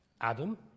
Adam